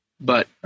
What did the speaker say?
but-